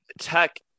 tech-